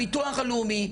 הביטוח הלאומי,